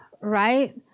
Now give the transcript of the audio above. right